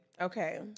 Okay